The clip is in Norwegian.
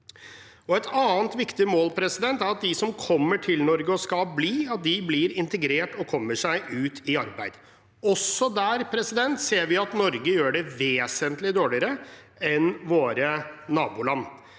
Et annet viktig mål er at de som kommer til Norge og skal bli, blir integrert og kommer seg ut i arbeid. Også der ser vi at Norge gjør det vesentlig dårligere enn våre naboland.